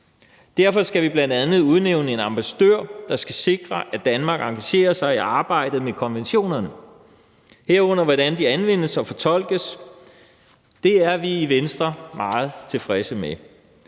Derfor skal vi bl.a. udnævne en ambassadør, der skal sikre, at Danmark engagerer sig i arbejdet med konventionerne, herunder hvordan de anvendes og fortolkes. Det er vi i Venstre meget tilfredse med.